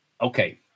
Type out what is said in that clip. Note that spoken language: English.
Okay